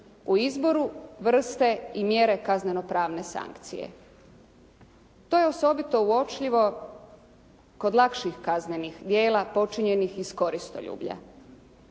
u izboru, vrste i mjere kazneno pravne sankcije. To je osobito uočljivo kod lakših kaznenih djela počinjenih iz koristoljublja,